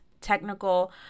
technical